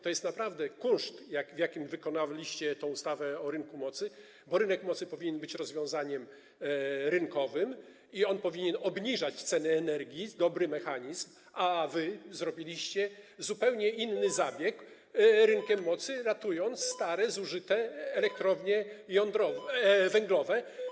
To jest naprawdę kunszt, jak wykonaliście tę ustawę o rynku mocy, bo rynek mocy powinien być rozwiązaniem rynkowym i on powinien obniżać cenę energii jako dobry mechanizm, a wy zrobiliście zupełnie inny zabieg z rynkiem mocy, ratując stare, zużyte elektrownie węglowe.